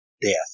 death